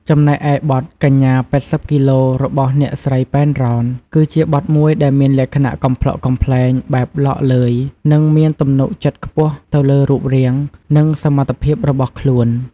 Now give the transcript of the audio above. ចំណែកឯ បទ កញ្ញា ៨០ គីឡូ របស់អ្នកស្រី ប៉ែន រ៉ន គឺជាបទមួយដែលមានលក្ខណៈកំប្លុកកំប្លែង បែបឡកឡឺយ និងមានទំនុកចិត្តខ្ពស់ទៅលើរូបរាង និងសមត្ថភាពរបស់ខ្លួន។